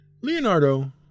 Leonardo